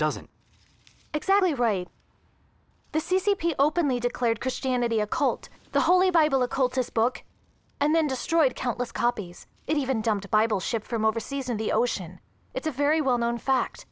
doesn't exactly right the c c p openly declared christianity a cult the holy bible a cultist book and then destroyed countless copies it even dumped a bible ship from overseas in the ocean it's a very well known fact